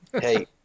Hey